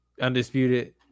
undisputed